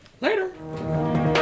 Later